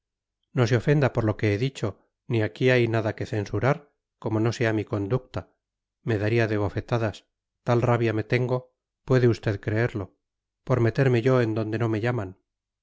no se ofenda por lo que he dicho ni aquí hay nada que censurar como no sea mi conducta me daría de bofetadas tal rabia me tengo puede usted creerlo por meterme yo en donde no me llaman